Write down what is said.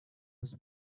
was